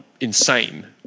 insane